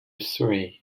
surrey